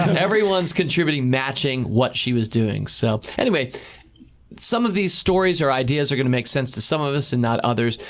and everyone's contributing matching what she was doing. so some of these stories or ideas are going to make sense to some of us and not others.